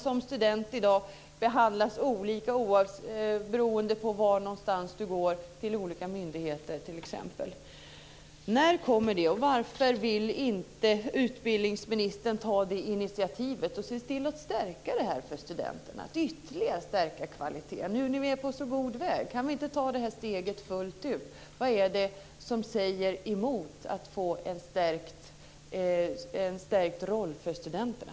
Som student i dag behandlas man olika beroende vart man vänder sig. När kommer ett sådant förslag? Varför vill inte utbildningsministern ta initiativ och se till att ytterligare stärka kvaliteten? Ni var ju på så god väg. Kan ni inte ta steget fullt ut? Vad är det som säger emot att man ska stärka rollen för studenterna?